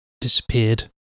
disappeared